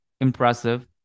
impressive